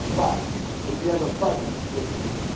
but if you have a buddy with you,